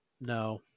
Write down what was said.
no